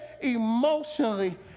emotionally